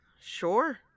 sure